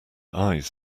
eyes